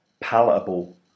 palatable